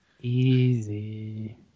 Easy